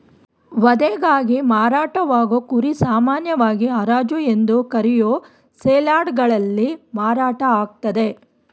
ವಧೆಗಾಗಿ ಮಾರಾಟವಾಗೋ ಕುರಿ ಸಾಮಾನ್ಯವಾಗಿ ಹರಾಜು ಎಂದು ಕರೆಯೋ ಸೇಲ್ಯಾರ್ಡ್ಗಳಲ್ಲಿ ಮಾರಾಟ ಆಗ್ತದೆ